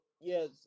yes